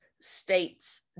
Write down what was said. states